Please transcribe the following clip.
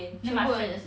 全部也是